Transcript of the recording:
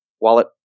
wallet